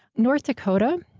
north dakota,